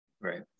Right